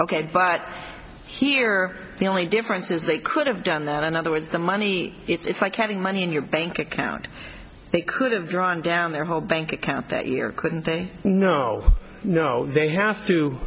ok but here the only difference is they could have done that in other words the money it's like having money in your bank account they could have drawn down their whole bank account that year couldn't think no no they have to